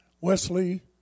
Wesley